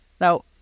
Now